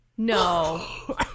No